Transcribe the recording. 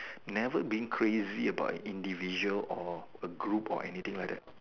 never being crazy about an individual or a group or anything like that